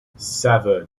seven